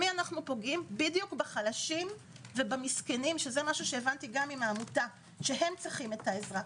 אנו פוגעים בחלשים ובמסכנים, שהם צריכים את העזרה.